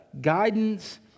guidance